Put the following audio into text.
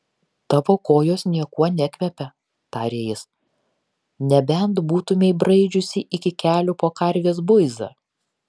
tavo kojos niekuo nekvepia tarė jis nebent būtumei braidžiusi iki kelių po karvės buizą